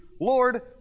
Lord